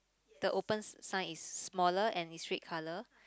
the open sign is smaller and it's red color